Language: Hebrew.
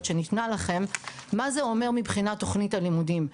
שניתנה לכם מה זה אומר מבחינת תוכנית הלימודים.